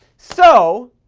so,